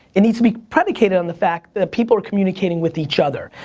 it needs to be predicated on the fact that people are communicating with each other.